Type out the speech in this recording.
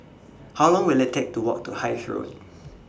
How Long Will IT Take to Walk to Hythe Road